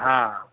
હા